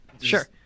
Sure